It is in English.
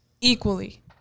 equally